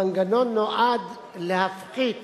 המנגנון נועד להפחית